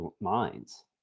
minds